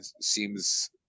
seems